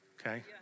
okay